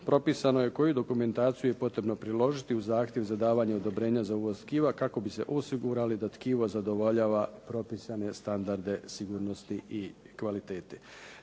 propisano je koju dokumentaciju je potrebno priložiti uz zahtjev za davanje odobrenja za uvoz tkiva kako bi se osigurali da tkivo zadovoljava propisane standarde sigurnosti i kvalitete.